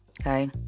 okay